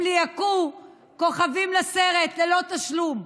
הם ליהקו כוכבים לסרט ללא תשלום,